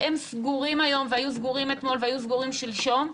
שהם סגורים היום והיו סגורים אתמול והיו סגורים שלשום,